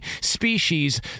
species